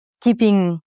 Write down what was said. keeping